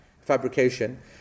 fabrication